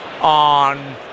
on